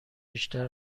بیشتر